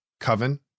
coven